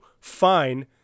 fine